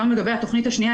גם לגבי התכנית השניה,